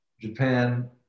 Japan